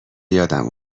یادم